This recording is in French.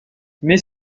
mais